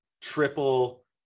triple